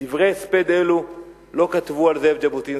את דברי הספד האלו לא כתבו על זאב ז'בוטינסקי.